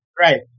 Right